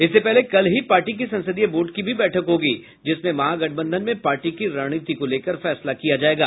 इससे पहले कल ही पार्टी की संसदीय बोर्ड की भी बैठक होगी जिसमें महागठबंधन में पार्टी की रणनीति को लेकर फैसला किया जायेगा